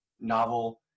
novel